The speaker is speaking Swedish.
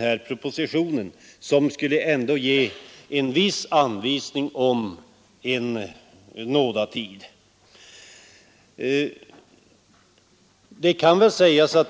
här propositionen skulle innehålla någon anvisning om en nådatid.